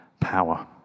power